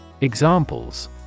Examples